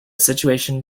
situation